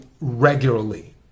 regularly